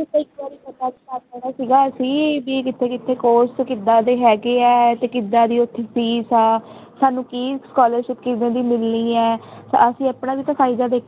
ਇੱਕ ਇੱਕ ਵਾਰੀ ਪਤਾ ਕਰ ਲੈਣਾ ਸੀਗਾ ਸੀ ਵੀ ਕਿੱਥੇ ਕਿੱਥੇ ਕੋਰਸ ਕਿੱਦਾਂ ਦੇ ਹੈਗੇ ਹੈ ਅਤੇ ਕਿੱਦਾਂ ਦੀ ਉੱਥੇ ਫੀਸ ਆ ਸਾਨੂੰ ਕੀ ਸਕੋਲਰਸ਼ਿਪ ਕਿਵੇਂ ਦੀ ਮਿਲਣੀ ਹੈ ਅਸੀਂ ਆਪਣਾ ਵੀ ਤਾਂ ਫ਼ਾਈਦਾ ਦੇ